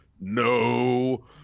no